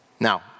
Now